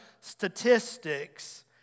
statistics